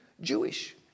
Jewish